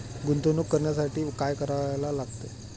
गुंतवणूक करण्यासाठी काय करायला लागते?